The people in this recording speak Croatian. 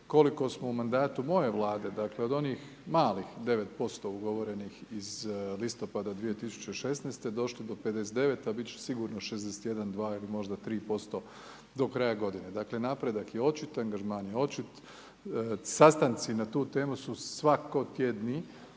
Koliko smo u mandatu moje Vlade, dakle, od onih malih 9% ugovorenih iz listopada 2016. došli do 59, a biti će sigurno 61, 62 ili možda 63% do kraja godine. Dakle, napredak je očit, angažman je očit, sastanci na tu temu su svako tjedni,